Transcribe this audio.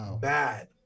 bad